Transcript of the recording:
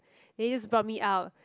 then just brought me out